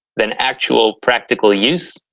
than actual, practical use.